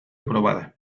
probada